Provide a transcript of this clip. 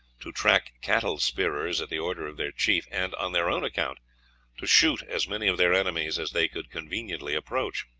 to track cattle spearers at the order of their chief, and on their own account to shoot as many of their enemies as they could conveniently approach.